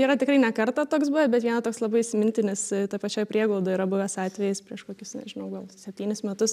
yra tikrai ne kartą toks buvęs bet vieną toks labai įsimintinis toj pačioj prieglaudoj yra buvęs atvejis prieš kokius nežinau gal septynis metus